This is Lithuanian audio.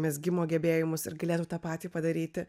mezgimo gebėjimus ir galėtų tą patį padaryti